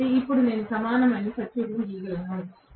కాబట్టి నేను ఇప్పుడు సమానమైన సర్క్యూట్ను గీయగలను